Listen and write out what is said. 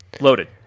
loaded